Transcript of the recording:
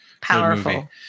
Powerful